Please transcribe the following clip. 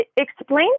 explain